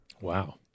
Wow